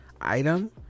item